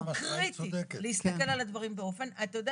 אתה יודע מה?